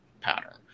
pattern